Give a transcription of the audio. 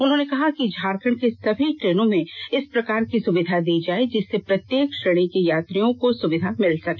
उन्होंने कहा कि झारखंड के सभी ट्रेनों में इस प्रकार की सुविधा दी जाए जिससे हर प्रत्येक श्रेणी में यात्रियों को सुविधा मिल सके